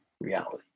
reality